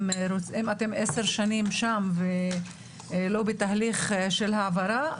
אם אתם 10 שנים שם ולא בתהליך של העברה,